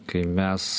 kai mes